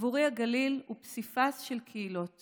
בעבורי הגליל הוא פסיפס של קהילות